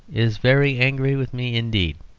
is very angry with me indeed.